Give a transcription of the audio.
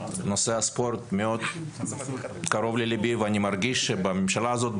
נושא הספורט קרוב מאוד ללבי ואני מרגיש שבממשלה הזאת,